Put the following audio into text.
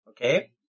Okay